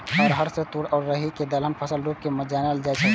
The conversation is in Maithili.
अरहर या तूर या राहरि कें दलहन फसल के रूप मे जानल जाइ छै